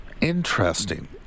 Interesting